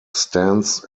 stands